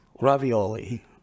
ravioli